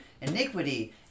iniquity